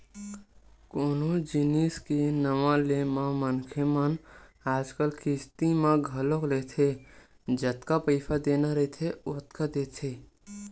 कोनो जिनिस के नवा ले म मनखे मन आजकल किस्ती म घलोक लेथे जतका पइसा देना रहिथे ओतका देथे